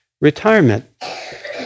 retirement